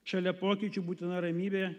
šalia pokyčių būtina ramybė